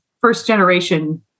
first-generation